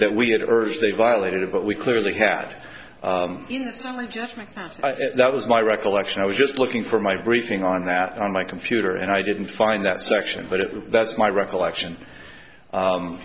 that we had urged they violated it but we clearly had judgment and that was my recollection i was just looking for my briefing on that on my computer and i didn't find that section but that's my recollection